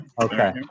Okay